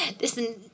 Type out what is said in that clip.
listen